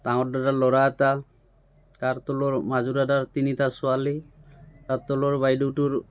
ডাঙৰ দাদাৰ ল'ৰা এটা তাৰ তলৰ মাজু দাদাৰ তিনিটা ছোৱালী তাৰ তলৰ বাইদেউটোৰ